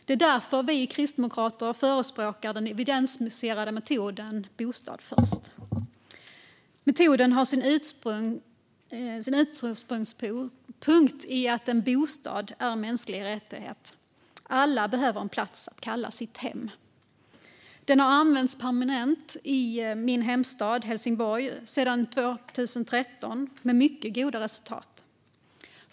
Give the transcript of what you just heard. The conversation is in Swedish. Det är därför vi kristdemokrater förespråkar den evidensbaserade metoden Bostad först. Metoden tar sin utgångspunkt i att en bostad är en mänsklig rättighet - alla behöver en plats att kalla sitt hem. Den har använts permanent i min hemstad Helsingborg sedan 2013 med mycket goda resultat.